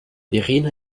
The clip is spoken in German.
verena